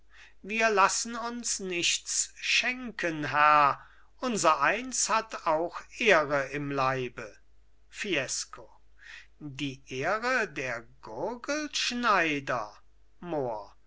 wir lassen uns nichts schenken herr unsereins hat auch ehre im leibe fiesco die ehre der gurgelschneider mohr